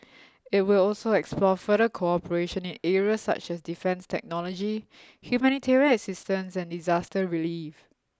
it will also explore further cooperation in areas such as defence technology humanitarian assistance and disaster relief